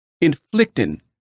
inflicting